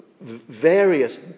various